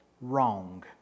wrong